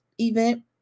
event